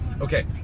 Okay